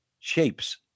shapes